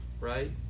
Right